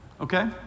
Okay